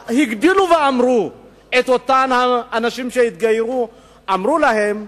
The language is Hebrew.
הגדילו ואמרו לאותם אנשים שהתגיירו, אמרו להם,